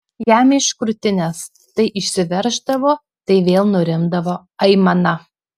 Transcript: jam iš krūtinės tai išsiverždavo tai vėl nurimdavo aimana